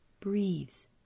breathes